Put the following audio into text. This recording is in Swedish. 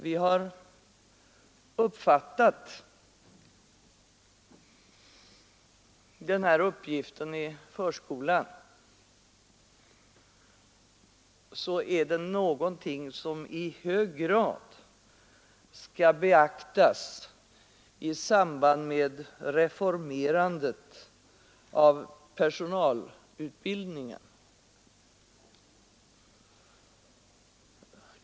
Vi har uppfattat den här uppgiften så att detta är någonting som i hög grad skall beaktas i samband med reformerandet av personalutbildningen för förskolan.